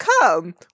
come